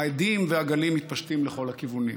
ההדים והגלים מתפשטים לכל הכיוונים.